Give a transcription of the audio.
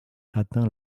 atteint